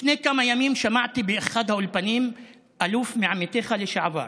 לפני כמה ימים שמעתי באחד האולפנים אלוף מעמיתיך לשעבר,